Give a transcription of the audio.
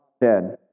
dead